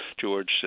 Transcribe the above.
George